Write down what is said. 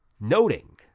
noting